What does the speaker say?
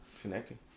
Connecting